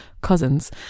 cousins